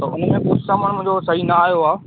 त उन्हीअ गुस मां मुंहिंजो सही ना आयो आहे